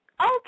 Okay